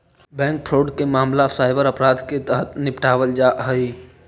bank fraud के मामला cyber अपराध के तहत निपटावल जा हइ